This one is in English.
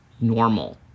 normal